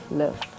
love